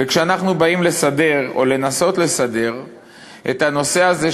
וכשאנחנו באים לסדר או לנסות לסדר את הנושא הזה,